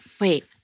wait